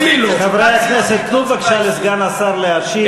חברי הכנסת, תנו בבקשה לסגן השר להשיב.